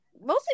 Mostly